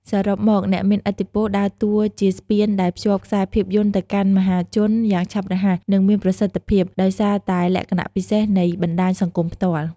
សរុបមកអ្នកមានឥទ្ធិពលដើរតួជាស្ពានដែលភ្ជាប់ខ្សែភាពយន្តទៅកាន់មហាជនយ៉ាងឆាប់រហ័ស និងមានប្រសិទ្ធភាព ដោយសារតែលក្ខណៈពិសេសនៃបណ្ដាញសង្គមផ្ទាល់។